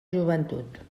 joventut